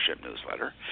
newsletter